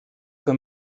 que